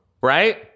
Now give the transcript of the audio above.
Right